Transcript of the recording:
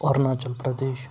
Arunachal Pradesh